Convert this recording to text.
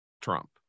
Trump